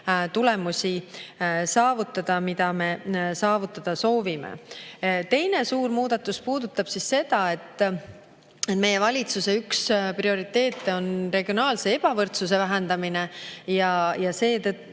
tulemusi, mida me saavutada soovime. Teine suur muudatus puudutab seda, et üks meie valitsuse prioriteete on regionaalse ebavõrdsuse vähendamine. Seetõttu